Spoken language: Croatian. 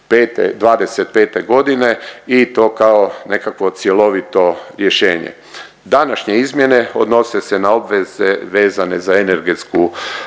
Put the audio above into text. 2025. godine i to kao nekakvo cjelovito rješenje. Današnje izmjene odnose se na obveze vezane za energetsku